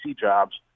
jobs